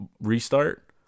restart